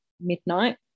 midnight